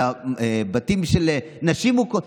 על בתים של נשים מוכות.